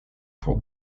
pour